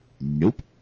Nope